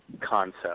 concept